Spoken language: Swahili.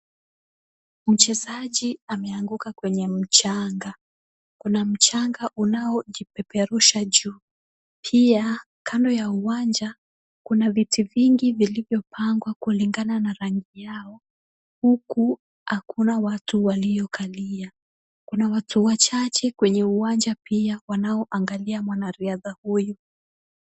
Mchezaji ameanguka kwenye mchanga. Kuna mchanga unaojipeperusha juu. Pia, kando ya uwanja kuna viti vingi vilivyopangwa kulingana na rangi yao, huku hakuna watu waliokalia. Kuna watu wachache kwenye uwanja pia wanaoangalia mwanariadha huyu.